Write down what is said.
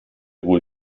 wohl